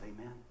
amen